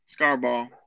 Scarball